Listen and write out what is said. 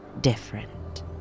different